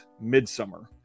Midsummer